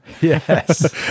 Yes